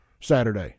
Saturday